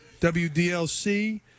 WDLC